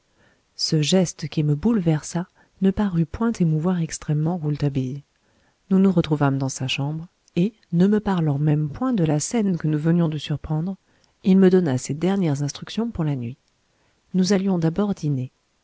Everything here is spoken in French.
ce geste qui me bouleversa ne parut point émouvoir extrêmement rouletabille nous nous retrouvâmes dans sa chambre et ne me parlant même point de la scène que nous venions de surprendre il me donna ses dernières instructions pour la nuit nous allions d'abord dîner